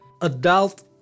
Adult